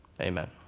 Amen